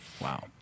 Wow